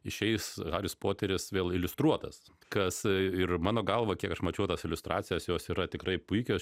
išeis haris poteris vėl iliustruotas kas ir mano galva kiek aš mačiau tas iliustracijas jos yra tikrai puikios